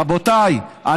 רבותיי,